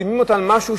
מחתימים אותם על משהו,